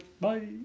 Bye